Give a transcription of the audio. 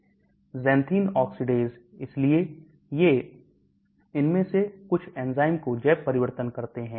Xanthene oxidase इसलिए ये इनमें से कुछ एंजाइम जो जैव परिवर्तन करते हैं